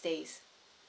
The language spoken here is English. days